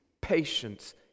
patience